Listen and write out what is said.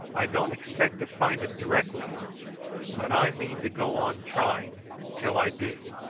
i don't expect to find him directly but i mean to go on trying till i do.